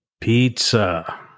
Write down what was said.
Pizza